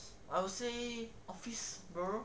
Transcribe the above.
I would say office borrow